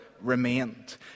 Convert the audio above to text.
remained